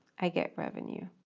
i get revenue.